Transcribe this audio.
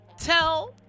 tell